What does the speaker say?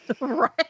right